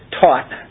taught